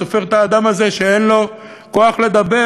מי סופר את האדם הזה שאין לו כוח לדבר?